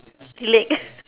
leh